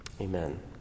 Amen